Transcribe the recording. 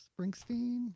Springsteen